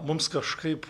mums kažkaip